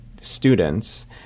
students